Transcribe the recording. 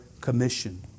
commission